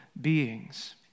beings